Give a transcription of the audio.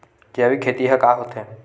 जैविक खेती ह का होथे?